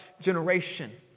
generation